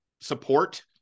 support